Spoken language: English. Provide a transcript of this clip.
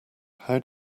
how